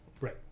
Right